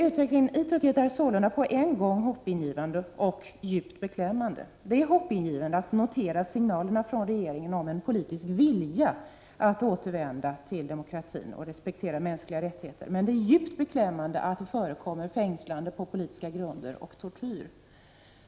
Utvecklingen i Turkiet är sålunda på en gång hoppingivande och djupt beklämmande. Det är hoppingivande att notera signalerna från regeringen om en politisk vilja att återvända till demokratin och att respektera mänskliga rättigheter. Men det är djupt beklämmande att det förekommer fängslanden på politiska grunder och tortyr.